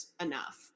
enough